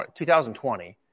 2020